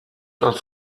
als